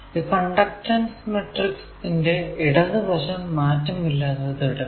ഈ conductance matrix ന്റെ ഇടതുവശം മാറ്റമില്ലാതെ തുടരും